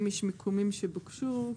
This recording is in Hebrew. אם יש מיקומים שבוקשו,